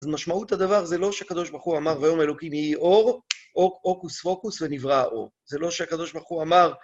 אז משמעות הדבר זה לא שהקדוש ברוך הוא אמר, ויאמר אלוקים ויהי אור, אור אוקוס פוקוס ונברא האור. זה לא שהקדוש ברוך הוא אמר...